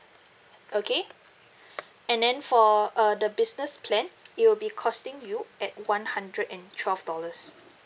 okay and then for uh the business plan it'll be costing you at one hundred and twelve dollars